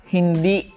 Hindi